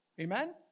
Amen